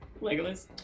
legolas